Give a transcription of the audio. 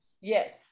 Yes